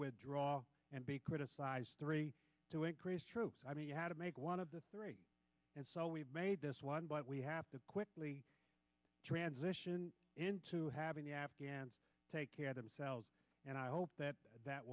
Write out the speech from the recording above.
withdraw and be criticized three to increase troops i mean you had to make one of the and so we've made this one but we have to quickly zisha into having the afghans take care of themselves and i hope that that